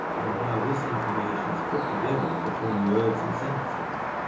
and how this information is put together to form words and sentences.